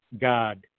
God